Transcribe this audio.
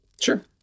sure